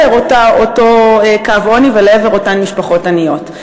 אותו קו עוני ולעבר אותן משפחות עניות.